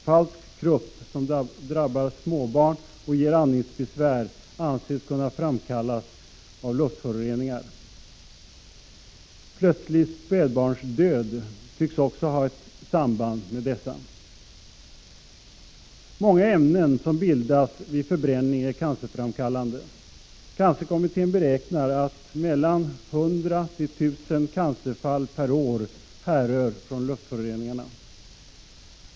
Falsk krupp, som drabbar småbarn och ger andningsbesvär, anses kunna framkallas av luftföroreningar, och plötslig spädbarnsdöd tycks också ha ett samband med luftföroreningar. Många ämnen som bildas vid förbränning är cancerframkallande. Cancerkommittén beräknar att 100-1 000 cancerfall per år härrör från luftföroreningarna.